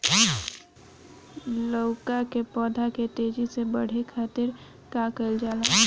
लउका के पौधा के तेजी से बढ़े खातीर का कइल जाला?